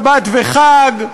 אין תשלום על שעות שבת וחג,